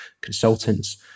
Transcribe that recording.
consultants